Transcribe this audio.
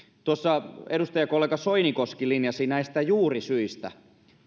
edustajakollega soinikoski linjasi näistä juurisyistä